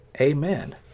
Amen